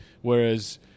whereas